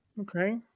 Okay